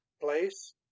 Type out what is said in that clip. place